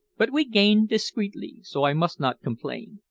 but we gain discreetly, so i must not complain.